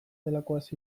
delakoaz